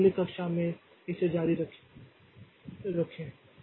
तो अगली कक्षा में इसे जारी रखें